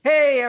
Hey